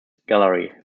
gallery